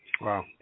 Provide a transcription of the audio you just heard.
Wow